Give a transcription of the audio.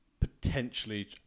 potentially